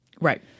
Right